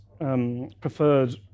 preferred